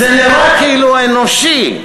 זה נראה כאילו אנושי,